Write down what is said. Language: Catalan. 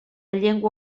llengua